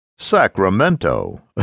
Sacramento